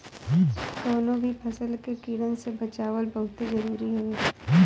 कवनो भी फसल के कीड़न से बचावल बहुते जरुरी हवे